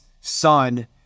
son